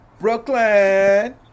Brooklyn